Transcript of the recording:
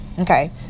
okay